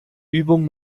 übung